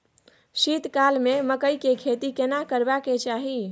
शीत काल में मकई के खेती केना करबा के चाही?